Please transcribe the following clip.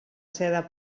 seda